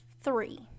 three